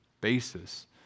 basis